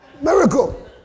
miracle